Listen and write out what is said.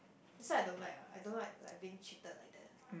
that's why I don't like ah I don't like like being cheated like that ah